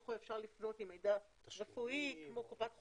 ובתוכו אפשר לפנות עם מידע רפואי כמו קופת חולים,